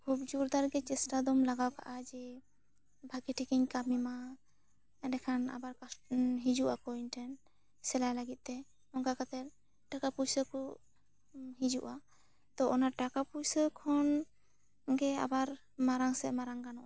ᱠᱷᱩᱵᱽ ᱡᱳᱨᱫᱟᱨ ᱜᱮ ᱪᱮᱥᱴᱟ ᱫᱚᱢ ᱞᱟᱜᱟᱣ ᱠᱟᱜ ᱟ ᱡᱮ ᱵᱷᱟᱹᱜᱤ ᱴᱷᱤᱠᱤᱧ ᱠᱟᱹᱢᱤ ᱢᱟ ᱮᱸᱰᱮᱠᱷᱟᱱ ᱟᱵᱟᱨ ᱦᱤᱡᱩᱜ ᱟᱠᱚ ᱤᱧ ᱴᱷᱮᱱ ᱥᱮᱞᱟᱭ ᱞᱟᱹᱜᱤᱫ ᱛᱮ ᱚᱱᱠᱟ ᱠᱟᱛᱮᱫ ᱴᱟᱠᱟ ᱯᱩᱭᱥᱟᱹ ᱠᱚ ᱦᱤᱡᱩᱜ ᱟ ᱛᱚ ᱚᱱᱟ ᱴᱟᱠᱟ ᱯᱩᱭᱥᱟᱹ ᱠᱷᱚᱱ ᱜᱮ ᱟᱵᱟᱨ ᱢᱟᱨᱟᱝ ᱥᱮ ᱢᱟᱨᱟᱝ ᱜᱟᱱᱚᱜ ᱟ